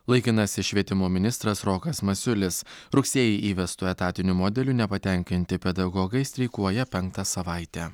laikinasis švietimo ministras rokas masiulis rugsėjį įvestu etatiniu modeliu nepatenkinti pedagogai streikuoja penktą savaitę